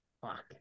fuck